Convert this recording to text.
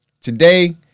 Today